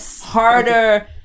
harder